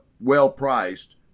well-priced